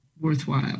worthwhile